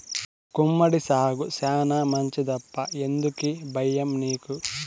గుమ్మడి సాగు శానా మంచిదప్పా ఎందుకీ బయ్యం నీకు